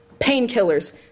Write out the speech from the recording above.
painkillers